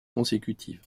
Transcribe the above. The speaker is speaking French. consécutive